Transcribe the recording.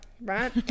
Right